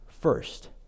first